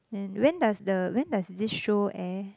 and when does the when does this show air